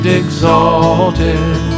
exalted